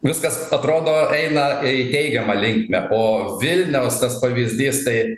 viskas atrodo eina į teigiamą linkmę o vilniaus tas pavyzdys tai